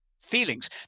feelings